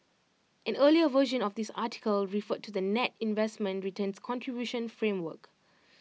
an earlier version of this article referred to the net investment returns contribution framework